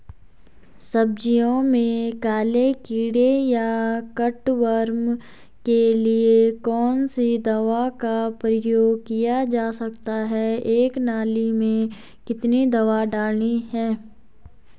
सब्जियों में काले कीड़े या कट वार्म के लिए कौन सी दवा का प्रयोग किया जा सकता है एक नाली में कितनी दवा डालनी है?